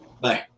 Bye